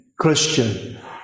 Christian